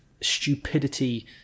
stupidity